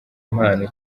impano